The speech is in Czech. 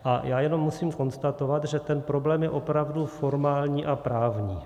A já jenom musím konstatovat, že ten problém je opravdu formální a právní.